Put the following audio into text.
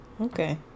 Okay